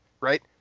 right